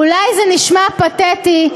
"אולי זה נשמע פתטי,